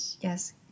Yes